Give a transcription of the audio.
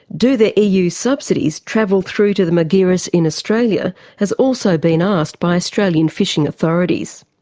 do the eu's subsidies travel through to the margiris in australia has also been asked by australian fishing authorities.